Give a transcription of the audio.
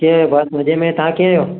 कीअं बसि मज़े में तव्हां कीअं आहियो